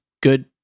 good